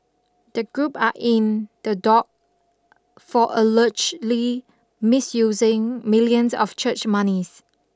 the group are in the dock for allegedly misusing millions of church monies